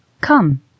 Come